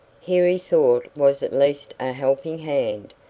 here he thought was at least a helping hand,